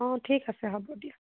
অঁ ঠিক আছে হ'ব দিয়া